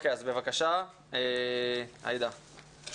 בבקשה, עאידה.